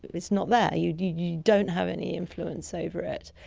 it's not there, you you don't have any influence over it.